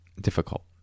difficult